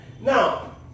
Now